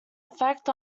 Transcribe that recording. effect